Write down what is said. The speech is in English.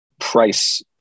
price